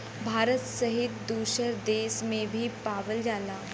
भारत सहित दुसर देस में भी पावल जाला